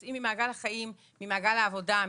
שיוצאים ממעגל החיים, ממעגל העבודה,